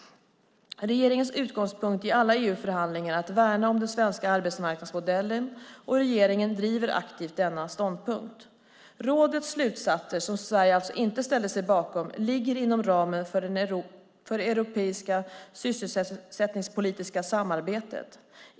Regeringens utgångspunkt i alla EU-förhandlingar är att värna om den svenska arbetsmarknadsmodellen, och regeringen driver aktivt denna ståndpunkt. Rådets slutsatser, som Sverige alltså inte ställde sig bakom, ligger inom ramen för det europeiska sysselsättningspolitiska samarbetet.